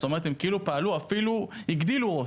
זאת אומרת, הם כאילו פעלו, ואפילו הגדילו ראש.